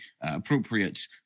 appropriate